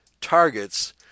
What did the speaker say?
targets